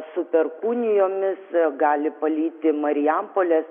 su perkūnijomis gali palyti marijampolės